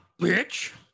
bitch